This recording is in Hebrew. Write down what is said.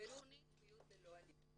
"חברות וזוגיות ללא אלימות".